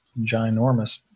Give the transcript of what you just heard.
ginormous